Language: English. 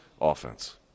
offense